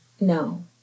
No